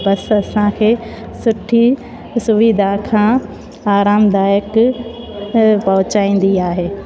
बस असांखे सुठी सुविधा खां आरामदायक पहुचाईंदी आहे